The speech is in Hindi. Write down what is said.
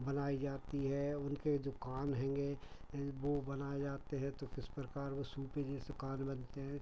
बनाई जाती है उनके जो कान हैंगे वे बनाए जाते हैं तो किस प्रकार वह सीपी जैसे कान बनते हैं